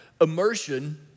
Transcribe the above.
immersion